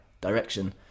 direction